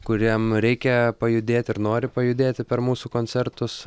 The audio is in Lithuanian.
kuriem reikia pajudėti ir nori pajudėti per mūsų koncertus